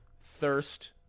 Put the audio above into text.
thirst